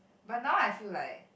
but now I feel like